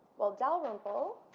well dalrymple